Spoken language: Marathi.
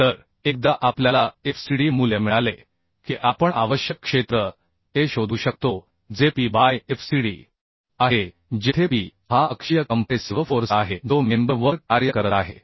तर एकदा आपल्याला fcd मूल्य मिळाले की आपण आवश्यक क्षेत्र ए शोधू शकतो जे p बाय fcd आहे जेथे P हा अक्षीय कंप्रेसिव्ह फोर्स आहे जो मेंबर वर कार्य करत आहे